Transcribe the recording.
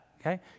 okay